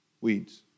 weeds